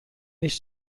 هیچ